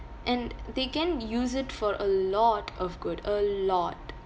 and they can use it for a lot of good a lot